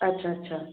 अच्छा अच्छा